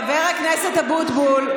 חבר הכנסת אבוטבול.